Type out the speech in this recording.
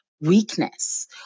weakness